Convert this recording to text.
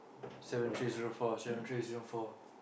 Zero three zero four